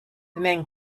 men